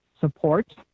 support